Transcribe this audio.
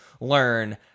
learn